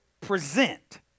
present